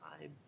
time